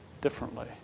differently